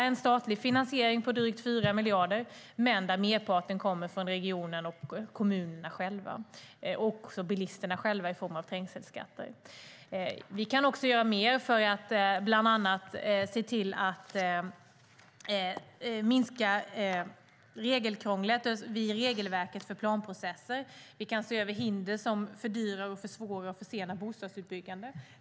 Den statliga finansieringen är på drygt 4 miljarder, men merparten kommer från regionen och från kommunerna, liksom från bilisterna i form av trängselskatt. Vi kan göra mer för att bland annat se till att minska regelkrånglet i planprocesserna. Vi kan se över hinder som fördyrar, försvårar och försenar bostadsbyggandet.